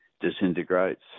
disintegrates